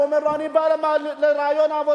והוא אומר לו: אני בא לראיון עבודה.